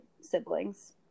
siblings